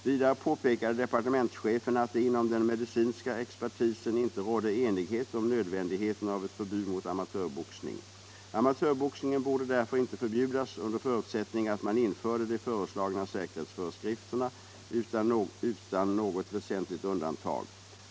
Vidare påpekade departementschefen att det inom den medicinska expertisen inte rådde enighet om nödvändigheten av ett förbud mot amatörboxning. Amatörboxningen borde därför inte förbjudas under förutsättning att man införde de föreslagna säkerhetsföreskrifterna utan något väsentligt undantag.